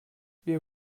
wir